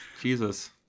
Jesus